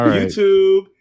YouTube